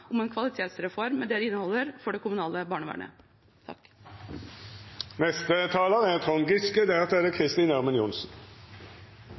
om en kvalitetsreform med det det inneholder for det kommunale barnevernet.